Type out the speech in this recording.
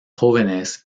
jóvenes